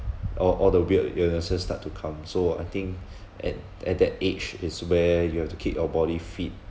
all all the weird illnesses start to come so I think at at that age is where you have to keep your body fit